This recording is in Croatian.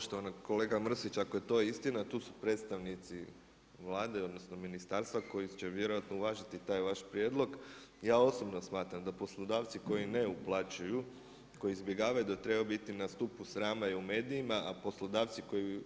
Poštovani kolega Mrsić, ako je to istina, tu su predstavnici Vlade odnosno ministarstva koji će vjerojatno uvažiti taj vaš prijedlog, ja osobno smatram da poslodavci koji ne uplaćuju koji izbjegavaju da treba biti na stupu srama i u medijima, a poslodavci koji